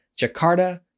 Jakarta